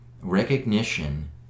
recognition